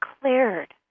cleared